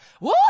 Woo